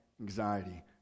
anxiety